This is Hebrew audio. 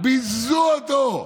ביזו אותו.